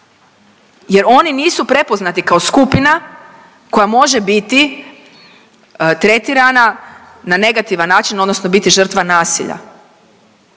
jer oni nisu prepoznati kao skupina koja može biti tretirana na negativan način, odnosno biti žrtva nasilja.